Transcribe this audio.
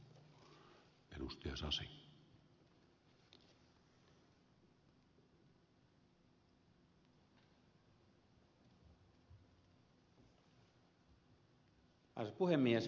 arvoisa puhemies